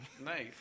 Nice